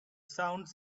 sounds